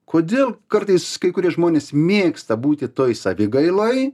kodėl kartais kai kurie žmonės mėgsta būti toj savigailoj